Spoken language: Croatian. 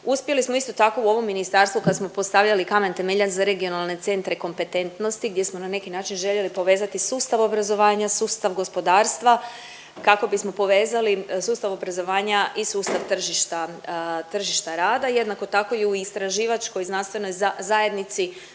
Uspjeli smo isto tako u ovom ministarstvu kad smo postavljali kamen temeljac za regionalne centre kompetentnosti gdje smo na neki način željeli povezati sustav obrazovanja, sustav gospodarstva kako bismo povezali sustav obrazovanja i sustav tržišta, tržišta rada. Jednako tako i u istraživačkoj znanstvenoj zajednici